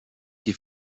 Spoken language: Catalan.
qui